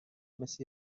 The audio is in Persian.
مثه